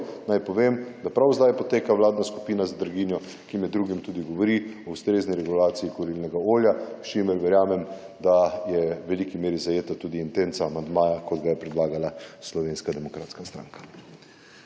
naj povem, da prav zdaj poteka vladna skupina za draginjo, ki med drugim tudi govori o ustrezni regulaciji kurilnega olja, s čimer verjamem, da je v veliki meri zajeta tudi intenca amandmaja, kot ga je predlagala Slovenska demokratska stranka.